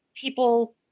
people